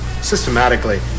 systematically